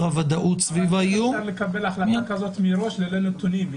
הוודאות סביב האיום --- איך אפשר לקבל החלטה כזאת מראש ללא נתונים?